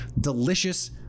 delicious